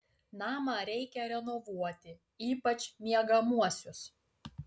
namą reikia renovuoti ypač miegamuosius